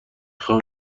خوام